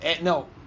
No